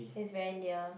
is very near